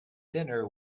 dinner